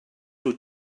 wyt